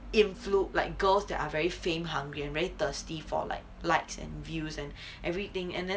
influ~ like girls that are very fame hungry and thirsty for like lights and views and everything and then